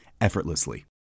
effortlessly